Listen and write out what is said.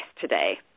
today